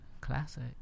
classic